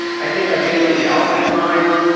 i think like anything else in time,